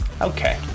okay